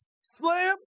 slam